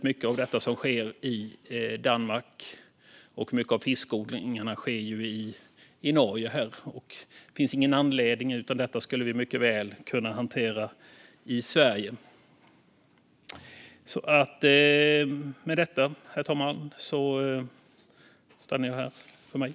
Mycket av detta utförs i dag i Danmark, och många av fiskodlingarna finns i Norge. Det finns ingen anledning till det, utan man skulle mycket väl kunna hantera detta i Sverige.